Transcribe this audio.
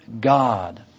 God